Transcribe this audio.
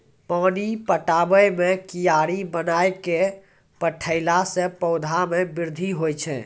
पानी पटाबै मे कियारी बनाय कै पठैला से पौधा मे बृद्धि होय छै?